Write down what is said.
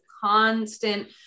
constant